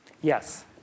Yes